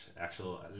actual